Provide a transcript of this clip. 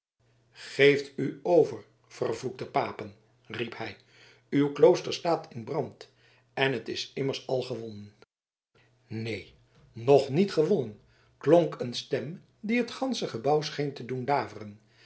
geeft u over vervloekte papen riep hij uw klooster staat in brand en het is immers al gewonnen neen nog niet gewonnen klonk een stem die het gansche gebouw scheen te doen daveren